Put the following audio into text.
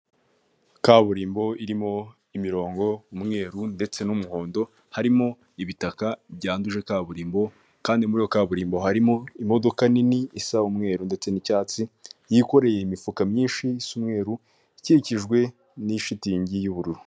Kaburimbo irimo imirongo, umweru ndetse n'umuhondo, harimo ibitaka byanduje kaburimbo, kandi muri iyo kaburimbo harimo imodoka nini isa umweru, ndetse n'icyatsi, yikoreye imifuka myinshi y'umweru, ikikijwe n'ishitingi y'ubururu.